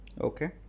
Okay